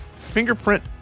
Fingerprint